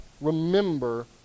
remember